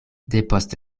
depost